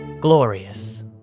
Glorious